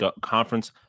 conference